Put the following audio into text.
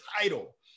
title